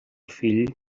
fill